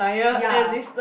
ya